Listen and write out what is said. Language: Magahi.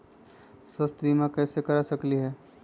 स्वाथ्य बीमा कैसे करा सकीले है?